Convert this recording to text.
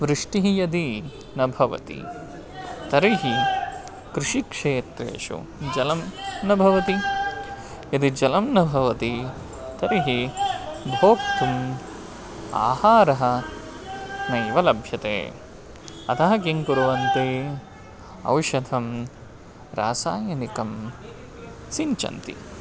वृष्टिः यदि न भवति तर्हि कृषिक्षेत्रेषु जलं न भवति यदि जलं न भवति तर्हि भोक्तुम् आहारः नैव लभ्यते अतः किं कुर्वन्ति औषधं रासायनिकं सिञ्चन्ति